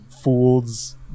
fools